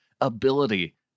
ability